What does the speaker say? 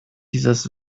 dieses